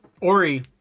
Ori